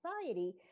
society